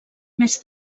més